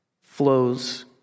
flows